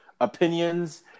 opinions